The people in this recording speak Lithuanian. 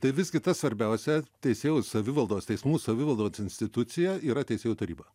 visgi ta svarbiausia teisėjų savivaldos teismų savivaldos institucija yra teisėjų taryba